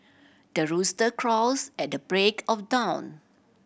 the rooster crows at the break of dawn